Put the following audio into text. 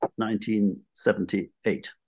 1978